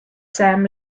sam